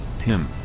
Tim